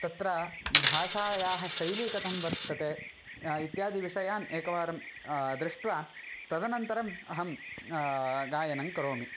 तत्र भाषायाः शैली कथं वर्तते इत्यादिविषयान् एकवारं दृष्ट्वा तदनन्तरम् अहं गायनं करोमि